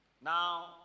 now